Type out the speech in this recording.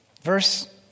Verse